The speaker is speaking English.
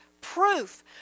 proof